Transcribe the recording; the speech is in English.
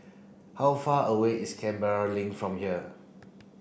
how far away is Canberra Link from here